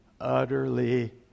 utterly